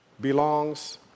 belongs